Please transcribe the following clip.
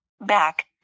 Back